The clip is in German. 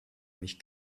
mich